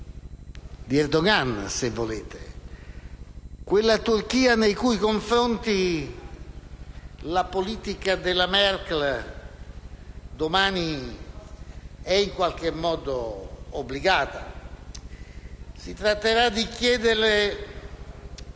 di Erdogan, se volete; quella Turchia nei cui confronti la politica della Merkel, domani, è in qualche modo obbligata. Si tratterà di chiedere